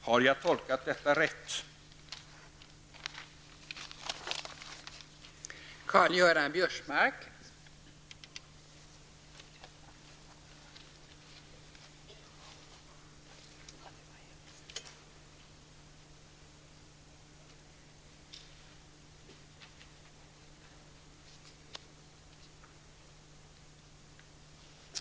Har jag tolkat biståndsministern rätt?